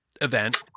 event